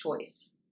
choice